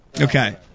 Okay